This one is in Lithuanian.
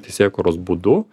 teisėkūros būdu